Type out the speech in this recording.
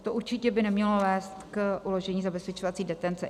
To určitě by nemělo vést k uložení zabezpečovací detence.